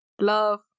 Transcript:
Love